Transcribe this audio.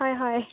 হয় হয়